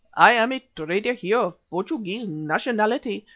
i am a trader here of portuguese nationality,